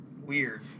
weird